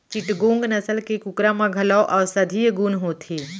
चिटगोंग नसल के कुकरा म घलौ औसधीय गुन होथे